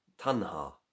tanha